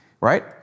right